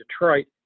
Detroit